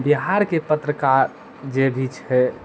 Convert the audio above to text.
बिहारके पत्रकार जे भी छै